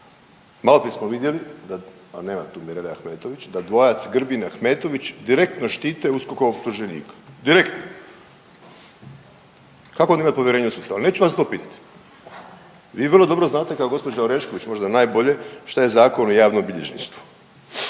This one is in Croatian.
Maloprije smo vidjeli, a nema tu Mirele Ahmetović, da dvojac Grbin Ahmetović direktno štite USKOK-ovog optuženika, direktno. Kako onda imati povjerenja u sustav, neću vas to pitat. Vi vrlo dobro znate kao i gospođa Orešković najbolje šta je Zakon o javnom bilježništvu.